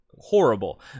Horrible